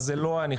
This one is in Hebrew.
אז זה לא נכנס.